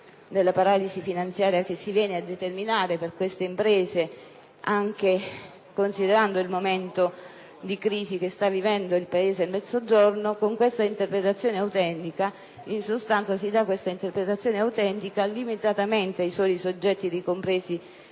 della paralisi finanziaria che si viene a determinare per queste imprese, anche considerando il momento di crisi che sta vivendo il Paese, particolarmente nel Mezzogiorno, in sostanza si dà questa interpretazione autentica limitatamente ai soli soggetti ricompresi